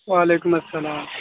وعلیکم السلام